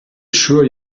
sure